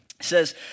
says